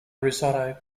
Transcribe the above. risotto